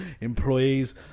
employees